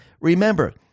Remember